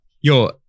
Yo